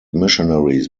missionaries